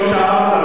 כמו שאמרת,